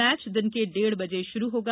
match दिन में डेढ बजे शुरू होगा